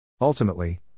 Ultimately